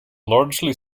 largely